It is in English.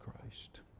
Christ